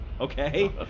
okay